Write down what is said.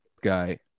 guy